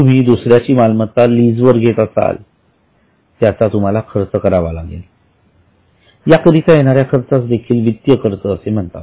तुम्ही दुसऱ्याची मालमत्ता लीजवर घेत असाल त्याचा तुम्हाला खर्च करावा लागेल याकरिता येणाऱ्या खर्चास देखील वित्तीय खर्च म्हणतात